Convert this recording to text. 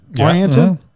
oriented